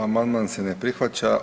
Amandman se ne prihvaća.